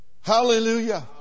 Hallelujah